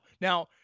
Now